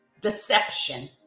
deception